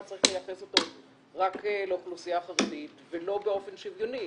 צריך לייחס אותו רק לאוכלוסייה חרדית ולא באופן שוויוני.